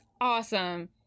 awesome